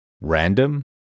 Random